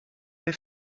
they